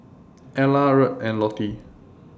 Ela Rhett and Lottie